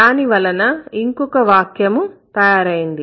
దాని వలన ఇంకొక వాక్యము తయారయింది